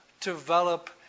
develop